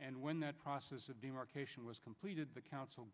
and when that process of demarcation was completed the council